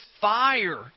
Fire